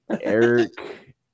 Eric